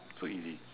so easy